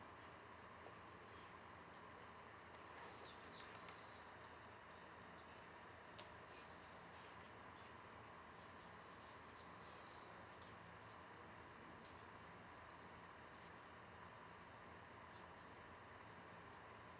okay